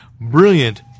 brilliant